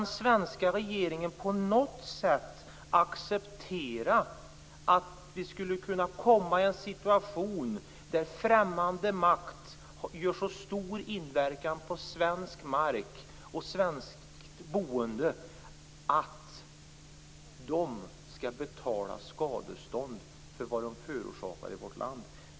Kan svenska regeringen på något sätt acceptera en situation där främmande makt gör så stor inverkan på svensk mark och svenskt boende att denna makt skall betala skadestånd för vad den förorsakat i vårt land?